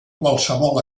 qualsevol